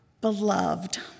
Beloved